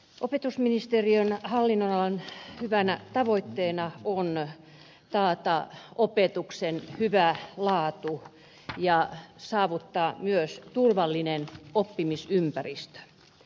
opetusministeriön hallinnonalan hyvänä tavoitteena on taata opetuksen hyvä laatu ja saavuttaa myös turvallinen oppimisympäristö